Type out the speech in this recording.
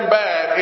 bad